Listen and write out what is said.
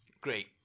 Great